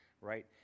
right